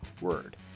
word